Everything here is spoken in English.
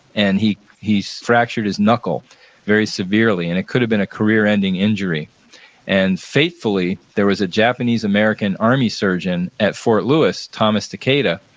and he fractured his knuckle very severely, and it could have been a career-ending injury and fatefully, there was a japanese american army surgeon at fort lewis, thomas takeda,